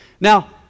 Now